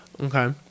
okay